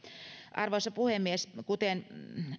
arvoisa puhemies kuten